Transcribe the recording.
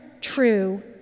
true